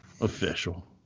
Official